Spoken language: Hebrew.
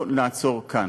לא נעצור כאן.